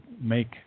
make